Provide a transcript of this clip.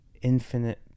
infinite